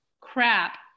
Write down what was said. crap